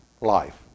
life